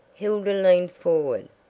hilda leaned forward.